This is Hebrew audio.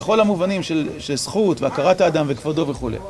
בכל המובנים של זכות והכרת האדם וכבודו וכולי